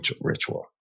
ritual